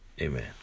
Amen